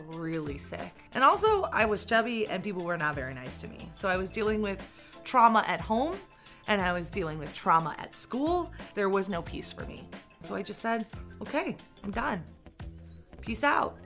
really sick and also i was chubby and people were not very nice to me so i was dealing with trauma at home and i was dealing with trauma at school there was no peace for me so i just said ok and got peace out